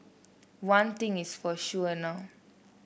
one thing is for sure now